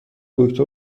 دکتر